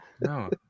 no